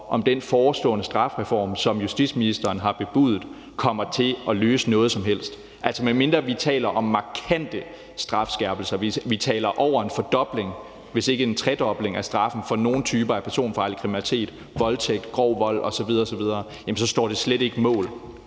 om den forestående strafreform, som justitsministeren har bebudet, kommer til at løse noget som helst. Medmindre vi taler om markante strafskærpelser – vi taler om over en fordobling, hvis ikke en tredobling af straffen for nogle typer af personfarlig kriminalitet, voldtægt, grov vold osv. osv. – står det slet ikke mål